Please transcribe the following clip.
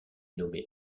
nommé